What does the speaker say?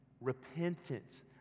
Repentance